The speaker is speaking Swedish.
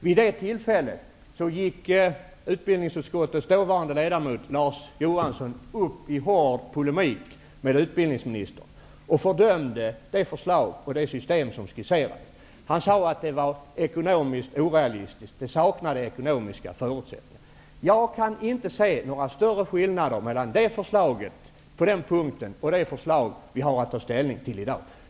Vid det tillfället gick dåvarande ledamoten i utbildningsutskottet Larz Johansson upp i hård polemik med utbildningsministern och fördömde det förslag och det system som skisserades. Han sade att det var ekonomiskt orealistiskt. Det saknade ekonomiska förutsättningar. Jag kan inte se några större skillnader mellan det förslaget på den punkten och det förslag vi har att ta ställning till i dag.